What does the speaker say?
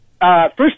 First